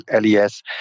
LES